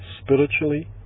spiritually